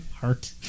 Heart